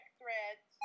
threads